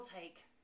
take